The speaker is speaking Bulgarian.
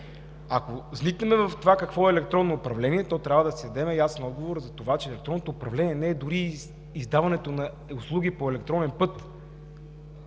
Ако вникнем в това какво е електронно управление, трябва да си дадем ясен отговор за това, че електронното управление не е дори издаването на услуги по електронен път,